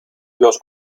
los